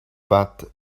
but